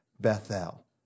Bethel